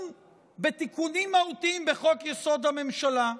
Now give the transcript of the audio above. בתיקונים מהותיים בחוק-יסוד: הממשלה,